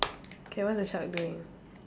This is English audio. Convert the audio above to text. k what's the shark doing